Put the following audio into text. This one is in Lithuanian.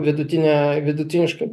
vidutinė vidutiniškai